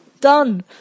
Done